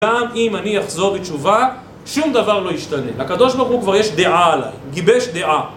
גם אם אני אחזור בתשובה, שום דבר לא ישתנה. לקדוש ברוך הוא כבר יש דעה עליי. גיבש דעה.